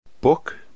Book